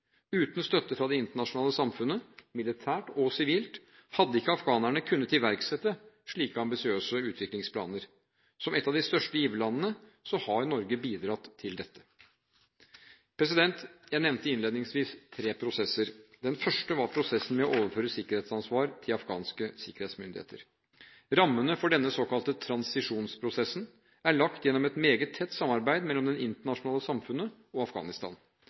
Uten støtte fra det internasjonale samfunnet – militært og sivilt – hadde ikke afghanerne kunnet iverksette slike ambisiøse utviklingsplaner. Som et av de største giverlandene har Norge bidratt til dette. Jeg nevnte innledningsvis tre prosesser. Den første var prosessen med å overføre sikkerhetsansvar til afghanske sikkerhetsmyndigheter. Rammene for denne såkalte transisjonsprosessen er lagt gjennom et meget tett samarbeid mellom det internasjonale samfunnet og Afghanistan.